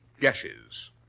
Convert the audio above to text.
gashes